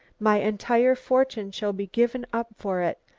my entire fortune shall be given up for it.